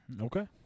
Okay